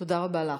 תודה רבה לך.